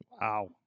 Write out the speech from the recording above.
Wow